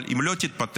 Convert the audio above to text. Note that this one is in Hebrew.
אבל אם לא תתפטר,